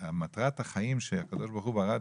בגלל שהזקנים למדו וצברו